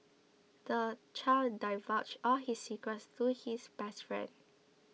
the child divulged all his secrets to his best friend